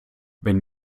wenn